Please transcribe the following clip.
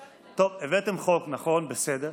טוב, הבאתם חוק, נכון, בסדר,